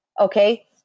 okay